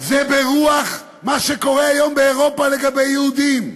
זה ברוח מה שקורה היום באירופה לגבי יהודים.